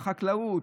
בחקלאות,